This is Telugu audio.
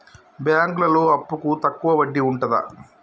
బ్యాంకులలో అప్పుకు తక్కువ వడ్డీ ఉంటదా?